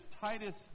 Titus